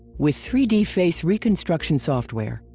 with three d face reconstruction software,